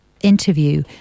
interview